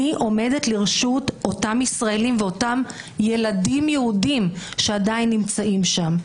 אני עומדת לרשות אותם ישראלים ואותם ילדים יהודים שעדיין נמצאים שם.